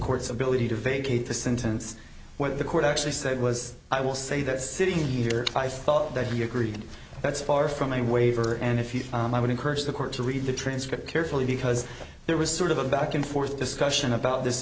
court's ability to vacate the sentence where the court actually said was i will say that sitting here i thought that we agreed that's far from a waiver and if you and i would encourage the court to read the transcript carefully because there was sort of a back and forth discussion about this